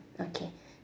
okay